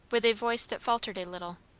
with a voice that faltered a little.